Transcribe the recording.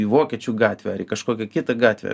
į vokiečių gatvę ar į kažkokią kitą gatvę